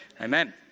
amen